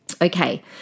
Okay